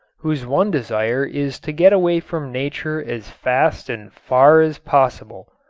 whose one desire is to get away from nature as fast and far as possible.